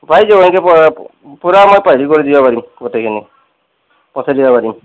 পাই যাব এংকে পোৰা মই বাহিৰ কৰি দিব পাৰিম গোটেইখিনি পঠাই দিব পাৰিম